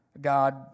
God